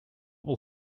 will